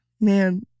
Man